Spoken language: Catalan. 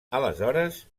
aleshores